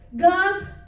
God